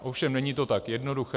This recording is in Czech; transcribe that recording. Ovšem není to tak jednoduché.